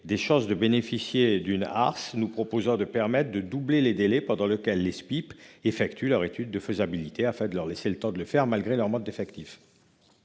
des chances de bénéficier d'une Arse, nous proposons de permettre de doubler les délais pendant lesquels les Spip effectuent leur étude de faisabilité. Il s'agit de leur laisser le temps de travailler, malgré leurs manques d'effectifs.